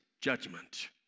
judgment